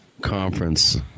conference